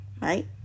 right